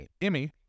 Emmy